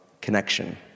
connection